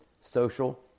social